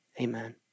Amen